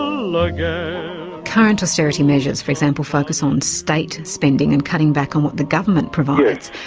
like current austerity measures for example focus on state and spending and cutting back on what the government provides,